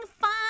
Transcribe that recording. fun